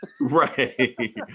Right